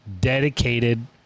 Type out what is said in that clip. dedicated